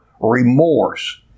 remorse